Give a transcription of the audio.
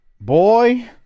Boy